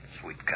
Sweet